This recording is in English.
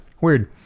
weird